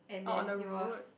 orh on the road